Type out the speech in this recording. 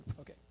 Okay